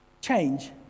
change